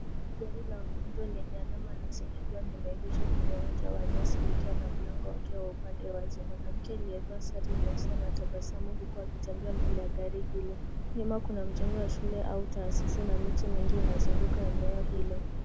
Gari la wagonjwa lenye alama ya St. Johns lime egeshwa kwenye uwanja wa nyasi likiwa na mlango wake wa upande wazi. Mwanamke aliye vaa sare nyeusi anatabasamu huku akitembea mbele ya gari hilo. Nyuma kuna mjengo wa shule au taasisi na miti mingi inazunguka eneo hilo.